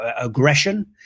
aggression